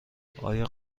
آیا